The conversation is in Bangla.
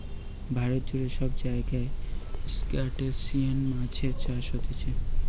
ভারত জুড়ে সব জায়গায় ত্রুসটাসিয়ান মাছের চাষ হতিছে